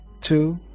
two